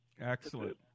Excellent